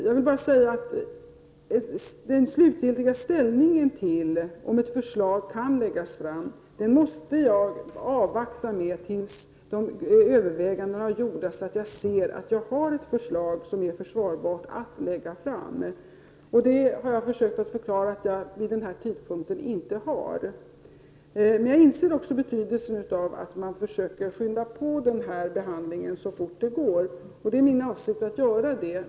Jag vill bara säga att det slutgiltiga ställningstagandet till om ett förslag kan läggas fram måste jag avvakta med tills de överväganden är gjorda som gör att jag kan se att förslaget är försvarbart att lägga fram. Jag har försökt förklara att jag vid denna tidpunkt inte har det. Jag inser också betydelsen av att man försöker skynda på denna behandling så mycket som möjligt, och det är min avsikt att göra det.